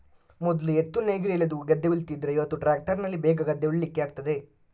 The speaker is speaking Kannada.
ಮೊದ್ಲು ಎತ್ತು ನೇಗಿಲು ಎಳೆದು ಗದ್ದೆ ಉಳ್ತಿದ್ರೆ ಇವತ್ತು ಟ್ರ್ಯಾಕ್ಟರಿನಲ್ಲಿ ಬೇಗ ಗದ್ದೆ ಉಳ್ಳಿಕ್ಕೆ ಆಗ್ತದೆ